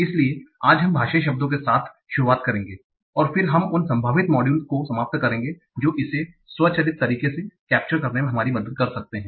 इसलिए आज हम भाषाई शब्दों के साथ शुरुआत करेंगे और फिर हम उन संभावित मॉड्यूल को समाप्त करेंगे जो इसे स्वचालित तरीके से capture करने मे हमारी मदद कर सकते हैं